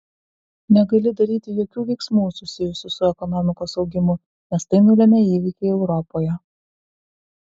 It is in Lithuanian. negali daryti jokių veiksmų susijusių su ekonomikos augimu nes tai nulemia įvykiai europoje